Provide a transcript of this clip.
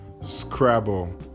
scrabble